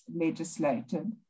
legislated